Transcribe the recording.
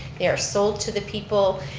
they are sold to the people